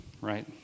right